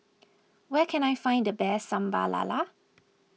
where can I find the best Sambal Lala